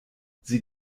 sie